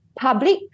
public